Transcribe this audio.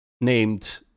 named